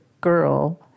girl